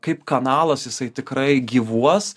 kaip kanalas jisai tikrai gyvuos